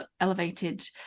elevated